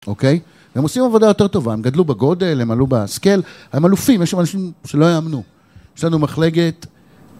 אוקיי? הם עושים עבודה יותר טובה, הם גדלו בגודל, הם עלו בסקייל, הם אלופים, יש שם אנשים שלא יאמנו, יש לנו מחלקת.